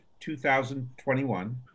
2021